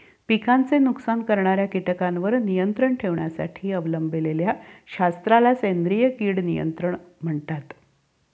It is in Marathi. पिकांचे नुकसान करणाऱ्या कीटकांवर नियंत्रण ठेवण्यासाठी अवलंबिलेल्या शास्त्राला सेंद्रिय कीड नियंत्रण म्हणतात